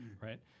right